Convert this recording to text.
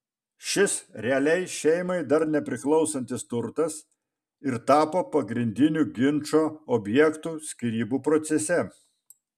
šis realiai šeimai dar nepriklausantis turtas ir tapo pagrindiniu ginčo objektu skyrybų procese